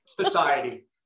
society